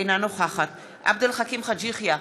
אינה נוכחת עבד אל חכים חאג' יחיא,